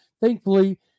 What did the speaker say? Thankfully